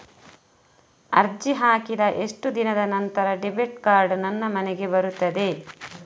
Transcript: ಅರ್ಜಿ ಹಾಕಿದ ಎಷ್ಟು ದಿನದ ನಂತರ ಡೆಬಿಟ್ ಕಾರ್ಡ್ ನನ್ನ ಮನೆಗೆ ಬರುತ್ತದೆ?